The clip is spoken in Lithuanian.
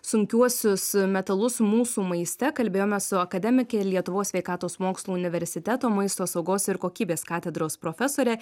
sunkiuosius metalus mūsų maiste kalbėjome su akademike lietuvos sveikatos mokslų universiteto maisto saugos ir kokybės katedros profesore